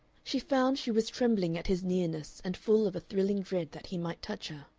she found she was trembling at his nearness and full of a thrilling dread that he might touch her.